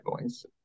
voice